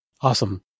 Awesome